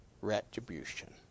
retribution